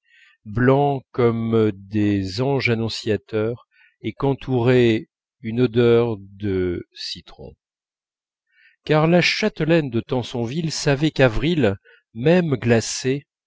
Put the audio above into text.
blancs comme des anges annonciateurs et qu'entourait une odeur de citron car la châtelaine de tansonville savait qu'avril même glacé